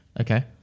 Okay